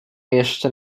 jeszcze